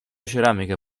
ceramica